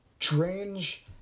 Strange